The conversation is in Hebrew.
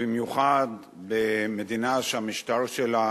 ובמיוחד במדינה שהמשטר שלה